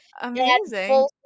amazing